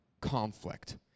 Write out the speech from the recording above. Conflict